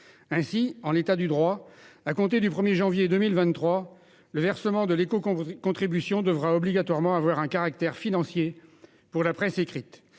Ainsi, en l'état du droit, depuis le 1janvier 2023, le versement de l'écocontribution doit obligatoirement avoir un caractère financier pour la presse écrite.